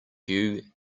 queue